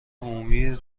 عمومی